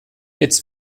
its